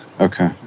Okay